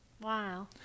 Wow